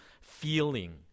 feeling